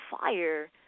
fire